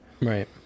Right